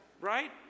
Right